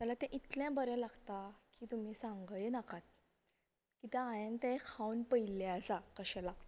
जाल्यार तें इतलें बरें लागता की तुमी सांगय नाकात कित्या हायेन तें खावन पळयल्ले आसा कशें लागता तें